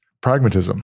pragmatism